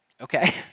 Okay